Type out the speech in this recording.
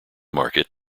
market